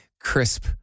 crisp